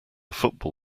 football